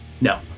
No